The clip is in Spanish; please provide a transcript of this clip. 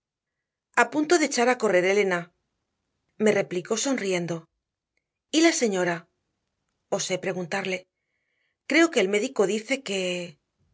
niño a punto de echar a correr elena me replicó sonriendo y la señora osé preguntarle creo que el médico dice que